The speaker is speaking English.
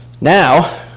Now